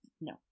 No